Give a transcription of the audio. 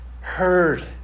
heard